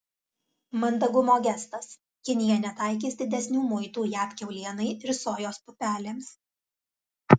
mandagumo gestas kinija netaikys didesnių muitų jav kiaulienai ir sojos pupelėms